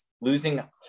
losing